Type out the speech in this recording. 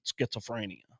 schizophrenia